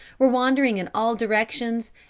were wandering in all directions,